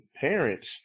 parents